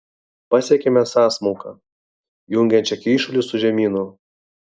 pasiekėme sąsmauką jungiančią kyšulį su žemynu